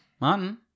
Martin